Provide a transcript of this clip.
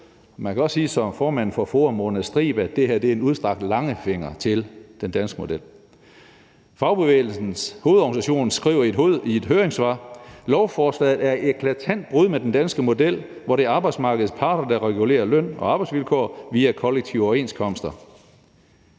Man kan også sige som formanden for FOA, Mona Striib, at det her er en »udstrakt langfinger« til den danske model. Fagbevægelsens Hovedorganisation skriver i et høringssvar: »Lovforslaget er et eklatant brud med den danske model, hvor det er arbejdsmarkedets parter, der regulerer løn- og arbejdsvilkår via kollektive overenskomster.«